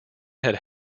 had